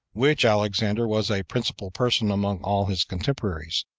which alexander was a principal person among all his contemporaries,